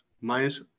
minus